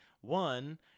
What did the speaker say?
One